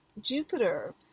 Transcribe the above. Jupiter